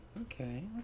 Okay